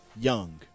Young